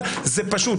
זה פשוט.